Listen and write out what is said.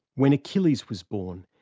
when achilles was born,